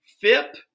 FIP